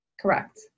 Correct